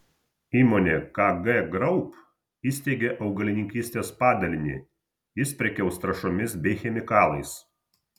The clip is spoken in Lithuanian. įmonė kg group įsteigė augalininkystės padalinį jis prekiaus trąšomis bei chemikalais